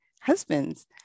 husband's